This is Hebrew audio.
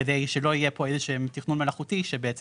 כדי שלא יהיה פה איזה שהם תכנון מלאכותי שבעצם